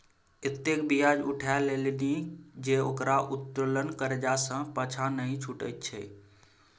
एतेक ब्याज उठा लेलनि जे ओकरा उत्तोलने करजा सँ पाँछा नहि छुटैत छै